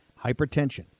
Hypertension